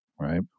right